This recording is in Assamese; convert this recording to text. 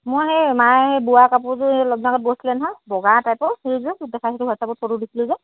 মই সেই মায়ে বোৱা কাপোৰযোৰ অলপদিনৰ আগত বৈছিলে নহয় বগা টাইপৰ সেইযোৰ তোক দেখাইছিলোঁ হোৱাটচ্এপত ফটো দিছিলোঁ যে